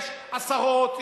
יש עשרות,